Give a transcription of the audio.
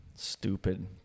Stupid